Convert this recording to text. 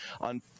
on